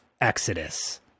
exodus